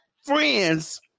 Friends